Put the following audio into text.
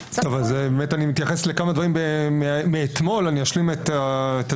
אני מתייחס לכמה דברים שעלו אתמול ואני אשלים את הדברים.